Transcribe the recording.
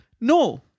No